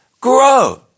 grow